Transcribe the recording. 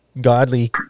godly